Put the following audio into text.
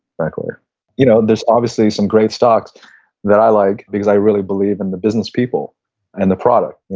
like like you know there's obviously some great stocks that i like because i really believe in the business people and the product.